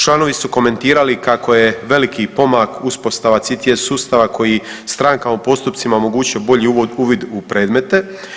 Članovi su komentirali kako je veliki pomak uspostava CTS sustava koji strankama u postupcima omogućuje bolji uvid u predmete.